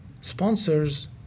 sponsors